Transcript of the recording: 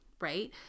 right